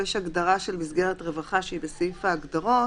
יש הגדרה של מסגרת רווחה בסעיף ההגדרות,